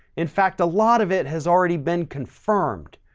in fact, a lot of it has already been confirmed.